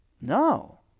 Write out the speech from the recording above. no